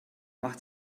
macht